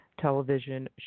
television